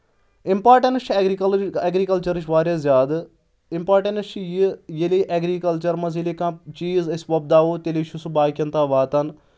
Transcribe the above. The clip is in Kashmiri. اِمپاٹَنٕس چھِ اؠگرِکَل اؠگرِکَلچرٕچ واریاہ زیادٕ اِمپاٹَنٕس چھِ یہِ ییٚلے ایگرِکَلچَر منٛز ییٚلے کانٛہہ چیٖز أسۍ وۄپداوو تیٚلی چھُ سُہ باقین تام واتان